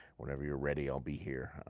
whenever you're ready, i'll be here.